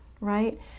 Right